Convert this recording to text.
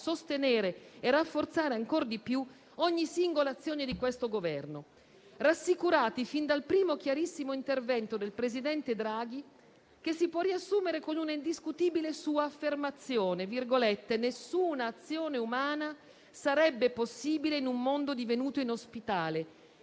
sostenere e rafforzare ancor di più ogni singola azione di questo Governo, rassicurati fin dal primo chiarissimo intervento del presidente Draghi, che si può riassumere con una indiscutibile sua affermazione: «Nessuna azione umana sarebbe possibile in un mondo divenuto inospitale».